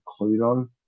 Cluedo